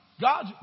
God